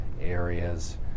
areas